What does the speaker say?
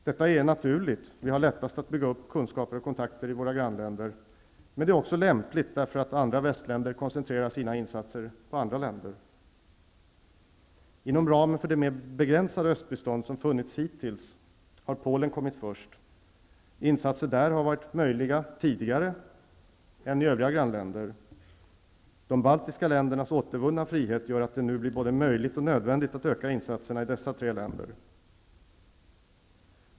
Detta är naturligt -- vi har lättast att bygga upp kunskaper och kontakter i våra grannländer -- men det är också lämpligt, därför att andra västländer koncentrerar sina insatser på andra länder. Inom ramen för det mer begränsade östbistånd som getts hittills har Polen kommit först. Insatser där har varit möjliga tidigare än i övriga grannländer. De baltiska ländernas återvunna frihet gör att det nu blir både möjligt och nödvändigt att öka insatserna i dessa tre länder.